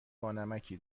بانمکی